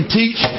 teach